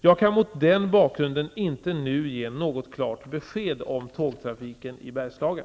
Jag kan mot den bakgrunden inte nu ge något klart besked om tågtrafiken i Bergslagen.